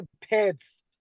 pets